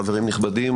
חברים נכבדים,